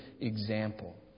example